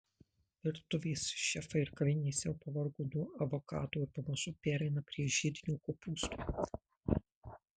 virtuvės šefai ir kavinės jau pavargo nuo avokado ir pamažu pereina prie žiedinio kopūsto